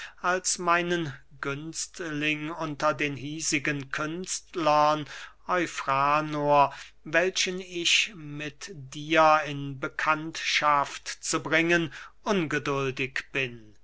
als meinen günstling unter den hiesigen künstlern eufranor welchen ich mit dir in bekanntschaft zu bringen ungeduldig bin